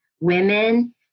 women